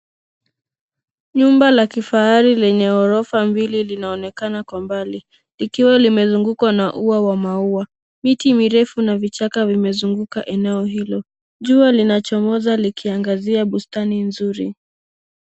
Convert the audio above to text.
Nyumba la kifahari lenye ghorofa mbili linaonekana kwa mbali. Likiwa limezungukwa na ua wa maua. Miti mirefu na vichaka vimezunguka eneo hilo. Jua linachomoza likiangazia bustani nzuri.